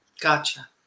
Gotcha